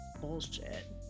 bullshit